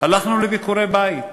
הלכנו לביקורי-בית.